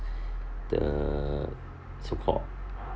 the so called